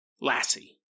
Lassie